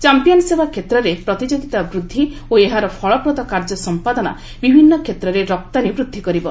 champion ସେବା କ୍ଷେତ୍ରରେ ପ୍ରତିଯୋଗିତା ବୃଦ୍ଧି ଓ ଏହାର ଫଳପ୍ରଦ କାର୍ଯ୍ୟ ସମ୍ପାଦନା ବିଭିନ୍ନ କ୍ଷେତ୍ରରେ ରପ୍ତାନୀ ବୃଦ୍ଧି କରିବ